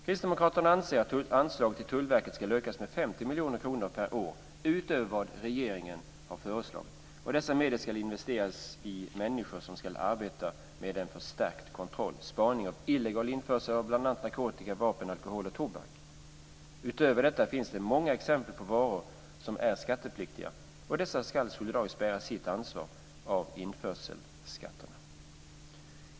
Kristdemokraterna anser att anslaget till Tullverket ska ökas med 50 miljoner kronor per år utöver vad regeringen har föreslagit. Dessa medel ska investeras i människor som ska arbeta med en förstärkt kontroll och med spaning mot illegal införsel av bl.a. narkotika, vapen, alkohol och tobak. Utöver detta finns det många exempel på varor som är skattepliktiga, och dessa ska solidariskt bära sin del av införselskatterna.